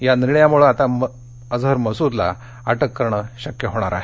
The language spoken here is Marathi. या निर्णयामुळे आता अझर मसूदला अटक करणं शक्य होणार आहे